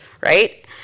right